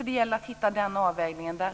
Det gäller att hitta en avvägning här också.